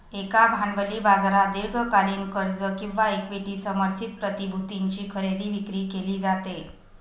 एका भांडवली बाजारात दीर्घकालीन कर्ज किंवा इक्विटी समर्थित प्रतिभूतींची खरेदी विक्री केली जाते